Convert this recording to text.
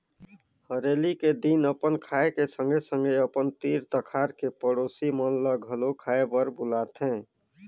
हरेली के दिन अपन खाए के संघे संघे अपन तीर तखार के पड़ोसी मन ल घलो खाए बर बुलाथें